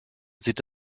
sieht